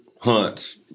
hunts